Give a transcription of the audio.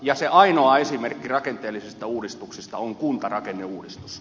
ja se ainoa esimerkki rakenteellisista uudistuksista on kuntarakenneuudistus